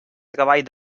treball